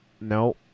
No